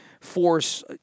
force